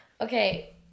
okay